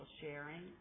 sharing